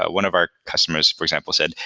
ah one of our customers, for example, said,